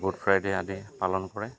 good Friday আদি পালন কৰে